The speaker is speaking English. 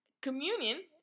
Communion